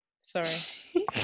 Sorry